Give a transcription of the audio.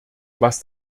was